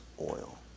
oil